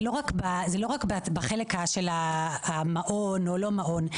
זה לא רק בחלק של המעון או לא מעון.